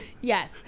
Yes